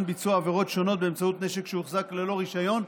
ביצוע עבירות שונות באמצעות נשק שהוחזק ללא רישיון,